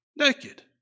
naked